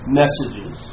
messages